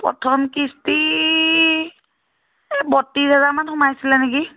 প্ৰথম কিস্তি এই বত্ৰিছ হাজাৰমান সোমাইছিলে নেকি